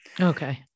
Okay